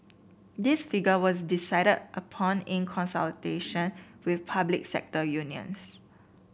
this figure was decided upon in consultation with public sector unions